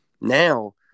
Now